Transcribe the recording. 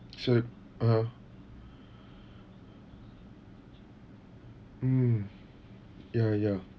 sorry (uh huh) mm ya ya